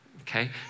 okay